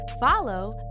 follow